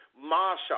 Masha